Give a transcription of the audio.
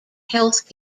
health